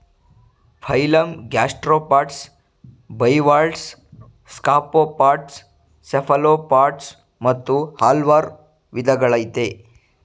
phylum gastropods bivalves scaphopods cephalopods ಮತ್ತು ಹಲ್ವಾರ್ ವಿದಗಳಯ್ತೆ